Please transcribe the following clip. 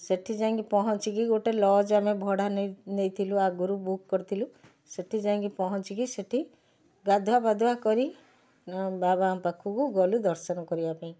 ସେଠି ଯାଇଁକି ପହଁଛିକି ଗୋଟେ ଲଜ୍ ଆମେ ଭଡ଼ା ନେଇ ନେଇ ନେଇଥିଲୁ ଆଗରୁ ବୁକ୍ କରିଥିଲୁ ସେଠି ଯାଇଁକି ପହଞ୍ଚିକି ସେଠି ଗାଧୁଆ ପାଧୁଆ କରି ବାବାଙ୍କ ପାଖକୁ ଗଲୁ ଦର୍ଶନ କରିବା ପାଇଁ